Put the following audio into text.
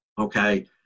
Okay